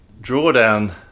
Drawdown